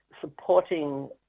supporting